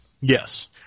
Yes